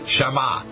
Shama